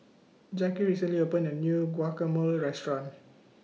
Jacque recently opened A New Guacamole Restaurant